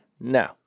no